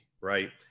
right